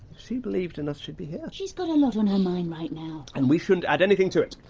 she believed in us, she'd be here. she's got a lot on her mind right now. and we shouldn't add anything to it,